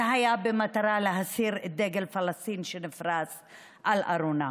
זה היה במטרה להסיר את דגל פלסטין שנפרס על ארונה.